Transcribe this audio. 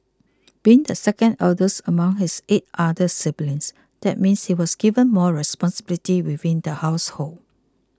being the second eldest among his eight other siblings that meant he was given more responsibilities within the household